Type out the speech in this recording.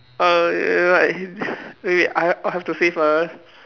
uh like wait wait I I have to say first